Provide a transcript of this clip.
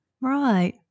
Right